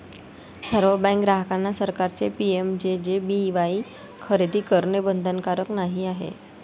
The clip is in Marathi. सर्व बँक ग्राहकांना सरकारचे पी.एम.जे.जे.बी.वाई खरेदी करणे बंधनकारक नाही आहे